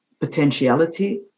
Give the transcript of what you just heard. potentiality